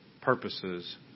purposes